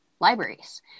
libraries